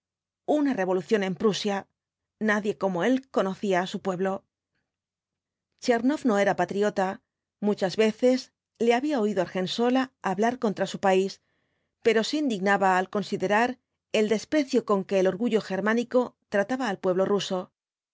una revolución en prusia nadie como él conocía á su pueblo v blasco ibáñbz tchernoff no era patriota muchas veces le había oído argensola hablar contra su país pero se indignaba al considerar el desprecio con que el orgullo germánico trataba al pueblo ruso